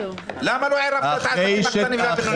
למה לא ערבת את העסקים הקטנים והבינוניים?